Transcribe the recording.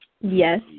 Yes